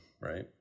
right